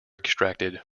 extracted